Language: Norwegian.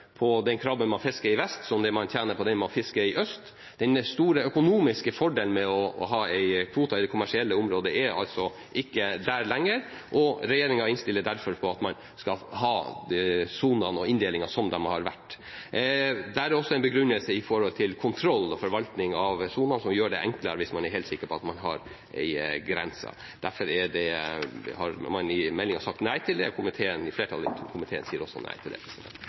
på den krabben man fisker i vest, som man tjener på den man fisker i øst. Den store økonomiske fordelen med å ha en kvote i det kommersielle området er altså ikke der lenger, og regjeringen innstiller derfor på at man skal ha sonene og inndelingen som de har vært. Det er også en begrunnelse med hensyn til kontroll og forvaltning av sonen som gjør det enklere hvis man er helt sikker på at man har en grense. Derfor har man i meldingen sagt nei til det, flertallet i komiteen sier også nei. Som saksordføraren gjorde greie for, er det